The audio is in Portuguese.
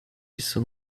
isso